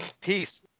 Peace